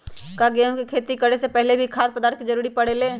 का गेहूं के खेती करे से पहले भी खाद्य पदार्थ के जरूरी परे ले?